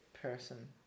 person